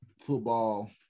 football